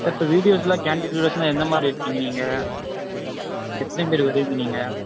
sir இப்போ வீடியோஸெலாம் candid வீடியோஸ்ன்னால் எந்தமாதிரி எடிட் பண்ணுவீங்க எத்தனை பேர் வருவீங்கள் நீங்கள்